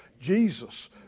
Jesus